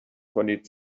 کنین